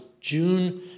June